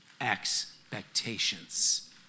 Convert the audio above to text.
expectations